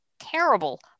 terrible